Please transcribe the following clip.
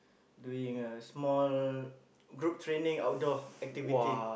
doing a small group training outdoor activity